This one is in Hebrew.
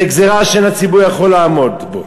זו גזירה שאין הציבור יכול לעמוד בה.